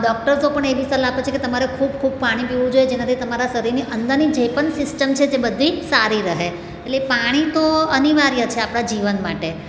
doctor તો પણ એવી સલાહ આપે છે કે તમારે ખૂબ ખૂબ પાણી પીવું જોઈએ જેનાથી તમારા શરીરની અંદરની જે પણ સિસ્ટમ છે તે બધી સારી રહે એટલે પાણી તો અનિવાર્ય છે આપણાં જીવન માટે